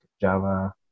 Java